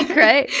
right.